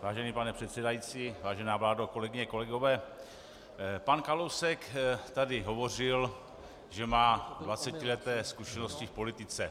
Vážený pane předsedající, vážená vládo, kolegyně, kolegové, pan Kalousek tady hovořil, že má 20leté zkušenosti v politice.